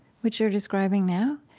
what you're describing now,